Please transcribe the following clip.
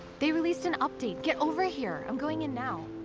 they released an update. get over here! i'm going in now.